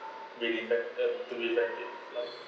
within that uh to be effective like